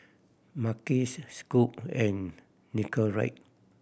Mackays Scoot and Nicorette